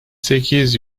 sekiz